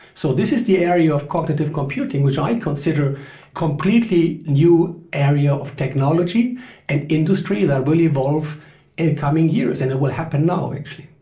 so this is the area of cognitive computing which i consider a completely new area of technology and industry that will evolve in coming years and it will happen now actually.